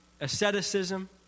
asceticism